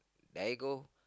there you go